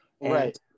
Right